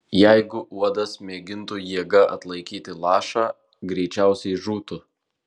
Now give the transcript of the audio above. jeigu uodas mėgintų jėga atlaikyti lašą greičiausiai žūtų